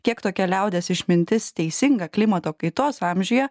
kiek tokia liaudies išmintis teisinga klimato kaitos amžiuje